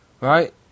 Right